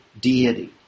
deity